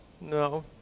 No